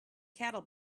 cattle